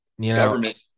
Government